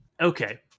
okay